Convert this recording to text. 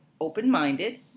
open-minded